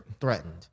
threatened